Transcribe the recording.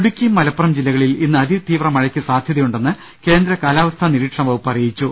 ഇടുക്കി മലപ്പുറം ജില്ലകളിൽ ഇന്ന് അതി തീവ്രമഴയ്ക്ക് സാധ്യതയു ണ്ടെന്ന് കേന്ദ്ര കാല്ലാവസ്ഥാ നിരീക്ഷണവകുപ്പ് അറിയിച്ചു